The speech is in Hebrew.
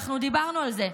אנחנו דיברנו על זה.